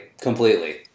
completely